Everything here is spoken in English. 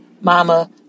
mama